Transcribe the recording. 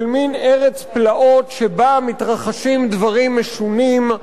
של מין ארץ פלאות שבה מתרחשים דברים משונים,